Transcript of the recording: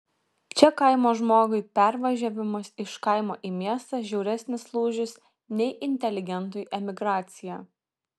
čia kaimo žmogui pervažiavimas iš kaimo į miestą žiauresnis lūžis nei inteligentui emigracija